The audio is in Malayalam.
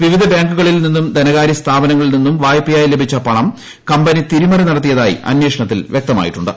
വിവിധ ബാങ്കുകളിൽ നിന്നും ധനകാര്യ സ്ഥാപനങ്ങളിൽ നിന്നും വായ്പയായി ലഭിച്ച പണം കമ്പനി തിരിമറി നടത്തിയതായി അന്വേഷണത്തിൽ വ്യക്തമായിട്ടുണ്ട്